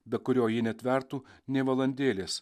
be kurio ji netvertų nė valandėlės